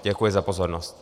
Děkuji za pozornost.